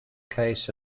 case